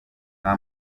nta